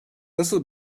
nasıl